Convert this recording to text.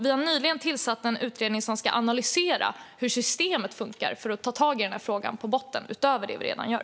Vi har nyligen tillsatt en utredning som ska analysera hur systemet funkar, för att ta tag i den här frågan på botten utöver det vi redan gör.